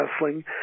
Wrestling